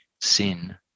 sin